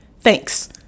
thanks